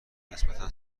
نسبتا